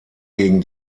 gegen